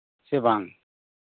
ᱥᱮ ᱵᱟᱝ